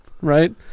right